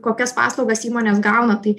kokias paslaugas įmonės gauna tai